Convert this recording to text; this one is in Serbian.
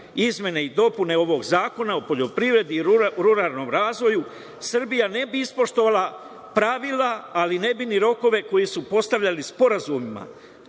izmene i dopune ovog Zakona o poljoprivredi i ruralnom razvoju, Srbija ne bi ispoštovala pravila, ali ne bi ni rokove koji su postavljali sporazumima